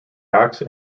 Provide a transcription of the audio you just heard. axe